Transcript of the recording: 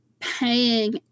paying